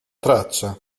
traccia